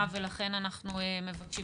עומד בפניכם נייר עמדה מפורט שלנו שמסביר למה